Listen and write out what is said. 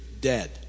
dead